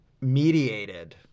mediated